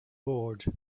board